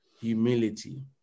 Humility